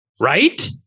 Right